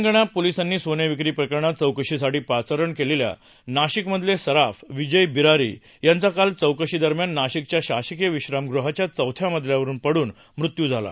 तेलंगाणा शिल्या पोलिसांनी सोने विक्री प्रकरणात चौकशी साठी पाचारण केलेल्या नाशिक मधले सराफ विजय बिरारी यांचा काल चौकशी दरम्यान नाशिकच्या शासकीय विश्रामगुहाच्या चौथ्या मजल्यावरून पडून मृत्यू झाला